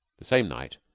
the same night,